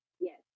Yes